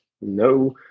no